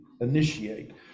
initiate